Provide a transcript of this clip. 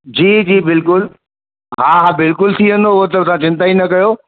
जी जी बिल्कुलु हा हा बिल्कुलु थी वेंदो उहो त तव्हां चिंता ही न कयो